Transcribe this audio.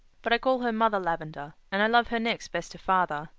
but i call her mother lavendar and i love her next best to father.